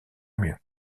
mieux